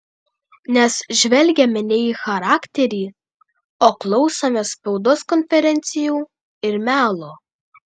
nes žvelgiame ne į charakterį o klausomės spaudos konferencijų ir melo